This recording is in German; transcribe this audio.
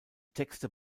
texte